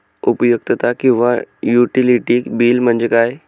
उपयुक्तता किंवा utility bill म्हणजे काय?